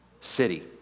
city